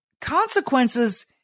consequences